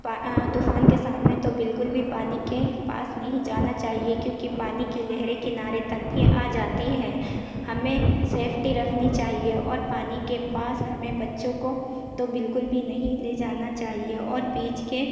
پا طوفان کے سامنے تو بالکل بھی پانی کے پاس نہیں جانا چاہیے کیوں کہ پانی کی لہریں کنارے تک بھی آ جاتی ہے ہمیں سیفٹی رکھنی چاہیے اور پانی کے پاس ہمیں بچوں کو تو بالکل بھی نہیں لے جانا چاہیے اور بیچ کے